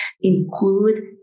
include